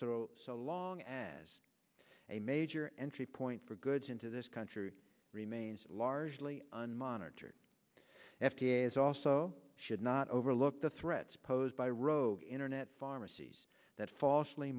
so long as a major entry point for goods into this country remains largely unmonitored f d a is also should not overlook the threats posed by rogue internet pharmacies that falsely